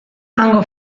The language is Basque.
hango